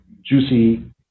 juicy